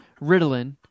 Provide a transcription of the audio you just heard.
Ritalin